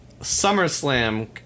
SummerSlam